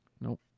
Nope